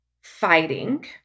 fighting